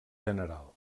general